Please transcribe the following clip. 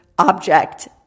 object